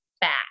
back